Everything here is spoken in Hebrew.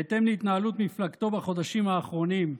בהתאם להתנהלות מפלגתו בחודשים האחרונים,